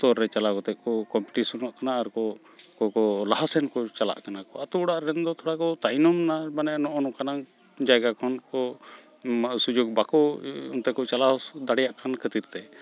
ᱥᱛᱚᱨ ᱨᱮ ᱪᱟᱞᱟᱣ ᱠᱟᱛᱮᱫᱠᱚ ᱠᱚᱢᱯᱤᱴᱤᱥᱚᱱᱚᱜ ᱠᱟᱱᱟ ᱟᱨᱠᱚ ᱚᱱᱠᱚᱠᱚ ᱞᱟᱦᱟᱥᱮᱱᱠᱚ ᱪᱟᱞᱟᱜ ᱠᱟᱱᱟᱠᱚ ᱟᱛᱳᱼᱚᱲᱟᱜᱨᱮᱱ ᱫᱚ ᱛᱷᱚᱲᱟᱫᱚ ᱛᱟᱭᱱᱚᱢᱮᱱᱟ ᱢᱟᱱᱮ ᱱᱚᱜᱼᱚ ᱱᱚᱠᱟᱱᱟᱝ ᱡᱟᱭᱜᱟ ᱠᱷᱚᱱᱠᱚ ᱥᱩᱡᱳᱜᱽ ᱵᱟᱠᱚ ᱮᱱᱛᱮᱠᱚ ᱪᱟᱞᱟᱣ ᱫᱟᱲᱮᱭᱟᱜᱠᱟᱱ ᱠᱷᱹᱟᱛᱤᱚᱨᱛᱮ